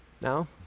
Now